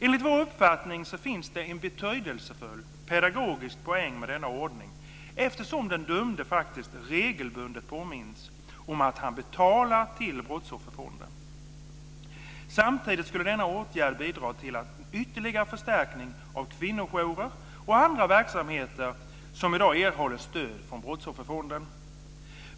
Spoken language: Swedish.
Enligt vår uppfattning finns det en betydelsefull pedagogisk poäng med denna ordning eftersom den dömde faktiskt regelbundet påminns om att han betalar till Brottsofferfonden. Samtidigt skulle denna åtgärd bidra till en ytterligare förstärkning av kvinnojourer och andra verksamheter som i dag erhåller stöd från Brottsofferfonden.